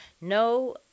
No